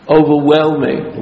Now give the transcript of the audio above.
overwhelming